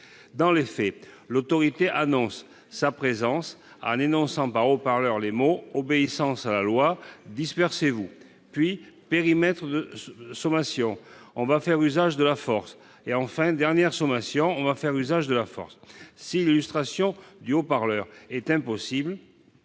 Dans les faits, l'autorité annonce sa présence par haut-parleur dans les termes suivants :« obéissance à la loi, dispersez-vous », puis :« première sommation, on va faire usage de la force », et enfin :« dernière sommation, on va faire usage de la force ». Si l'utilisation du haut-parleur est impossible